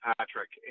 Patrick